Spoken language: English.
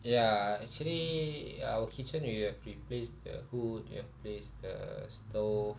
ya actually our kitchen we have replaced the hood we have replaced the stove